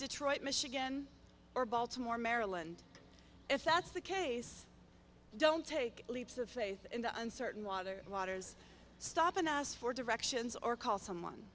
detroit michigan or baltimore maryland if that's the case don't take leaps of faith in the uncertain water waters stoppin us for directions or call someone